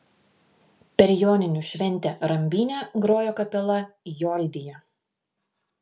per joninių šventę rambyne grojo kapela joldija